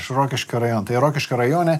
iš rokiškio rajono tai rokiškio rajone